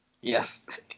Yes